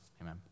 Amen